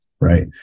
Right